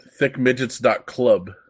Thickmidgets.club